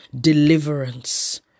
deliverance